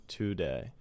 today